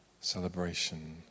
celebration